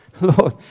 Lord